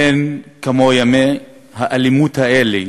אין כמו ימי האלימות האלה